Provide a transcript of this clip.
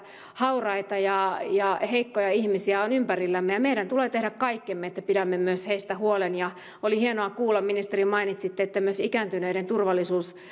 hauraita ja ja heikkoja ihmisiä on ympärillämme ja meidän tulee tehdä kaikkemme että pidämme myös heistä huolen oli hienoa kuulla ministeri kun mainitsitte että myös ikääntyneiden turvallisuus